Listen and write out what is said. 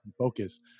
focus